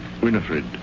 Winifred